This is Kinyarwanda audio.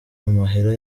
amahera